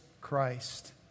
Christ